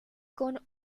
con